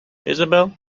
isabel